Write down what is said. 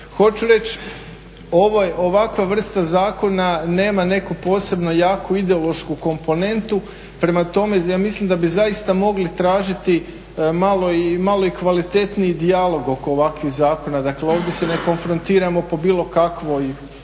Hoću reći, ovakva vrsta zakona nema neku posebnu jaku ideološku komponentu, prema tome ja mislim da bi zaista mogli tražiti malo i kvalitetniji dijalog oko ovakvih zakona, dakle ovdje se ne konfrontiramo po bilo kakvoj